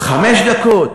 חמש דקות?